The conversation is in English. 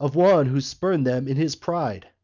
of one who spurned them in his pride.